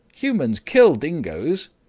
humans kill dingoes.